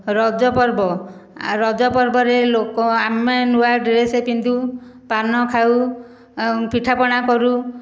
ରଜପର୍ବ ଆଉ ରଜପର୍ବରେ ଲୋକ ଆମେ ନୂଆ ଡ୍ରେସ୍ ପିନ୍ଧୁ ପାନ ଖାଉ ଆଉ ପିଠାପଣା କରୁ